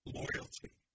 loyalty